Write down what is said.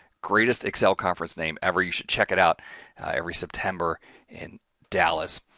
greatest excel conference name ever. you should check it out every september in dallas.